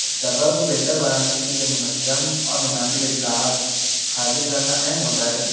سفر کو بہتر بنانے کے لیے منظم اور مناسب اطلاعات حاصل کرنا اہم ہوتا ہے